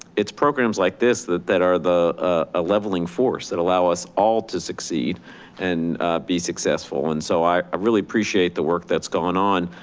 it's programs like this that that are the ah leveling force that allow us all to succeed and be successful. and so i really appreciate the work that's going on,